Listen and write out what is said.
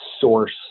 source